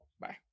Bye